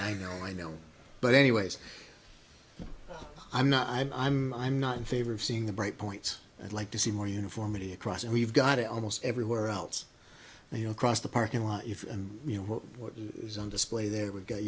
i know i know but anyways i'm not i'm i'm not in favor of seeing the bright points i'd like to see more uniformity across we've got it almost everywhere else you know across the parking lot if you know what use on display there w